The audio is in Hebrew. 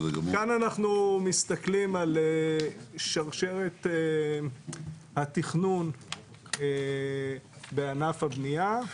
כאן אנחנו מסתכלים על שרשרת התכנון בענף הבנייה.